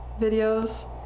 videos